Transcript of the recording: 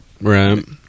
Right